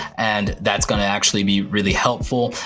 and that's gonna actually be really helpful.